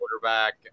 quarterback